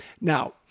Now